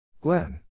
Glenn